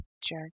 Jerk